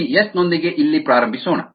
ಈ ಎಸ್ ನೊಂದಿಗೆ ಇಲ್ಲಿ ಪ್ರಾರಂಭಿಸೋಣ